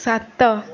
ସାତ